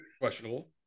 questionable